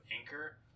anchor